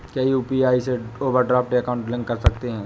क्या यू.पी.आई से overdraft account link कर सकते हैं?